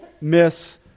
miss